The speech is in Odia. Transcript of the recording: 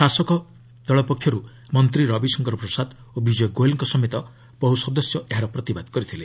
ଶାସକ ପକ୍ଷରୁ ମନ୍ତ୍ରୀ ରବିଶଙ୍କର ପ୍ରସାଦ ଓ ବିଜୟ ଗୋଏଲ୍ଙ୍କ ସମେତ ବହୁ ସଦସ୍ୟ ଏହାର ପ୍ରତିବାଦ କରିଥିଲେ